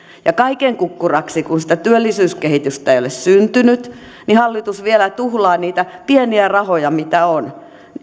kaiken kukkuraksi kun sitä työllisyyskehitystä ei ole syntynyt hallitus vielä tuhlaa niitä pieniä rahoja mitä on